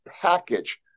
package